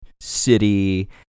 city